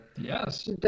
Yes